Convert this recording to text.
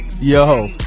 yo